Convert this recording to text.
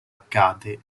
accade